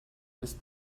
ist